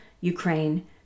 Ukraine